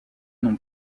non